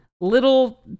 little